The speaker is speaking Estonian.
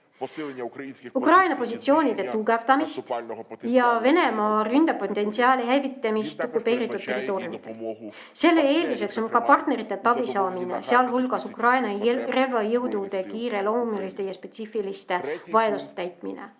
Ukraina positsioonide tugevdamisest ja Venemaa ründepotentsiaali hävitamist okupeeritud territooriumil. Selle eelduseks on ka partneritelt abi saamine, sealhulgas Ukraina relvajõudude kiireloomuliste ja spetsiifiliste vajaduste täitmine.